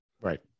right